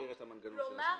כלומר,